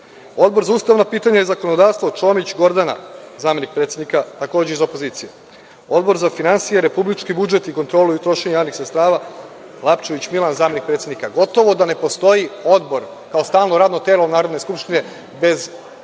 Odbor za ustavna pitanja i zakonodavstvo, Čomić Gordana, zamenik predsednika, takođe iz opozicije. Odbor za finansije, republički budžet i kontrolu trošenja javnih sredstava, Lapčević Milan, zamenik predsednika. Gotovo da ne postoji odbor kao stalno radno telo Narodne skupštine bez